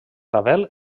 ravel